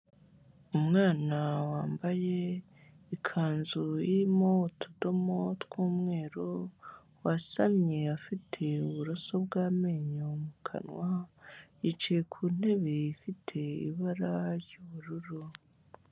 Umwana wambaye ikanzu irimo utudomo tw'umweru, wasamye afite uburoso bw'amenyo mu kanwa, yicaye ku ntebe ifite ibara ry'ubururu.